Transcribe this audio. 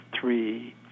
three